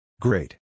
Great